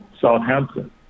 Southampton